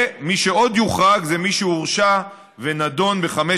ומי שעוד יוחרג זה מי שהורשע ונידון בחמש